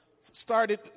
started